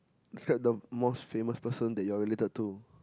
describe the most famous person that you are related to